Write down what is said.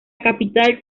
capital